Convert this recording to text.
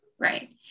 Right